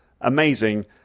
amazing